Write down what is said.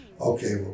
Okay